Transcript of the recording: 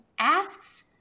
asks